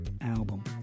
album